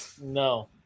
No